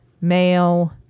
male